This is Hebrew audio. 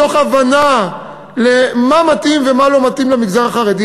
מתוך הבנה של מה מתאים ומה לא מתאים למגזר החרדי,